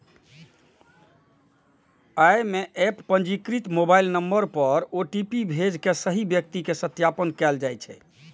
अय मे एप पंजीकृत मोबाइल नंबर पर ओ.टी.पी भेज के सही व्यक्ति के सत्यापन कैल जाइ छै